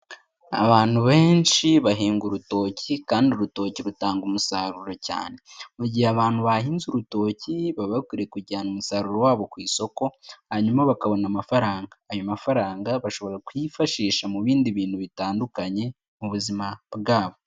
Abantu benshi bahinga urutoki, kandi urutoki rutanga umusaruro cyane. Mu gihe abantu bahinze urutoki, baba bakwiriye kujyana umusaruro wabo ku isoko, hanyuma bakabona amafaranga. Ayo mafaranga bashobora kuyifashisha mu bindi bintu bitandukanye, mu buzima bwabo.